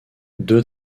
deux